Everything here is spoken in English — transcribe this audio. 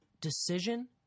decision